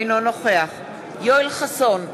אינו נוכח יואל חסון,